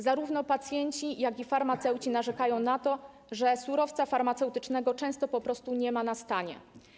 Zarówno pacjenci, jak i farmaceuci narzekają na to, że surowca farmaceutycznego często nie ma na stanie.